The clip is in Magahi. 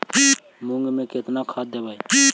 मुंग में केतना खाद देवे?